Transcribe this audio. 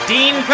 Dean